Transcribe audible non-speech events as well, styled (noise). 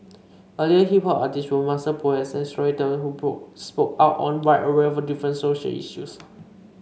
early hip hop artists were master poets and storytellers who (unintelligible) spoke out on a wide array of different social issues